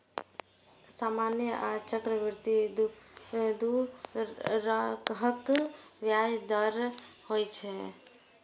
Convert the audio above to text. सामान्य आ चक्रवृद्धि दू तरहक ब्याज दर होइ छै